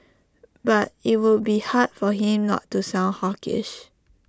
but IT will be hard for him not to sound hawkish